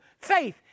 faith